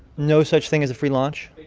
no such thing as a free launch?